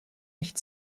nicht